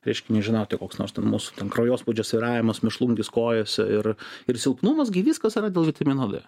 reiškia nežinau te koks nors ten mūsų ten kraujospūdžio svyravimas mėšlungis kojose ir ir silpnumas gi viskas yra dėl vitamino d